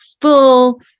full